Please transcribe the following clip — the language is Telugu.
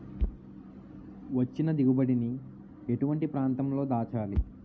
వచ్చిన దిగుబడి ని ఎటువంటి ప్రాంతం లో దాచాలి?